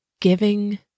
giving